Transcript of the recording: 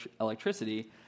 electricity